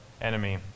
enemy